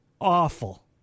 Awful